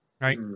right